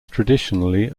traditionally